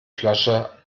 flasche